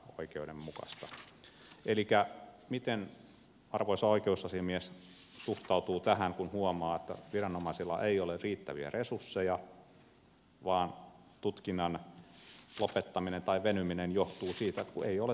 elikkä miten arvoisa oikeusasiamies suhtautuu tähän kun huomaa että viranomaisilla ei ole riittäviä resursseja vaan tutkinnan lopettaminen tai venyminen johtuu siitä kun ei ole työvoimaa